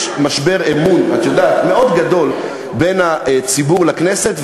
את יודעת שיש משבר אמון בין הציבור לכנסת,